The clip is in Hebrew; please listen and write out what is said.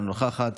אינה נוכחת,